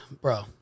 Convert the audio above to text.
bro